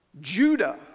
Judah